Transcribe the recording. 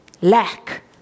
lack